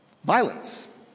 Violence